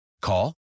Call